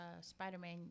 spider-man